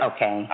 Okay